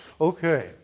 Okay